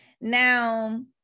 now